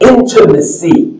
Intimacy